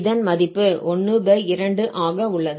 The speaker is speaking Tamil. இதன் மதிப்பு ½ ஆக உள்ளது